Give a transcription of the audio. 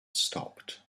stopped